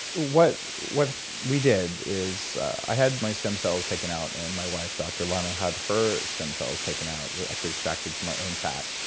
what what we did is i had my stem cells taken out, and my wife, dr. lanna had her stem cells taken out, actually extracted from our own fat,